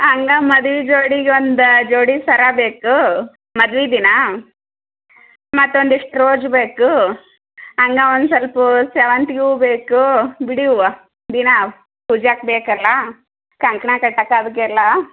ಹಂಗ ಮದ್ವೆ ಜೋಡಿಗೊಂದು ಜೋಡಿ ಸರ ಬೇಕು ಮದ್ವೆ ದಿನ ಮತ್ತೊಂದಿಷ್ಟು ರೋಜ್ ಬೇಕು ಹಂಗೆ ಒಂದು ಸ್ವಲ್ಪ ಸೇವಂತ್ಗೆ ಹೂವು ಬೇಕು ಬಿಡಿ ಹೂವು ದಿನಾ ಪೂಜಾಕ್ಕೆ ಬೇಕಲ್ಲ ಕಂಕಣ ಕಟ್ಟೋಕ್ ಅದಕ್ಕೆಲ್ಲ